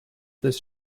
this